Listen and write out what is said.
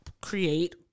create